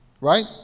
right